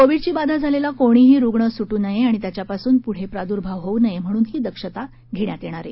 कोविडची बाधा झालेला कोणीही रुग्ण सुटू नये आणि त्याच्यापासून पुढे प्रादुर्भाव होऊ नये म्हणून ही दक्षता घेण्यात येणार आहे